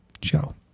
Ciao